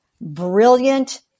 brilliant